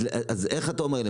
אז איך אתה אומר,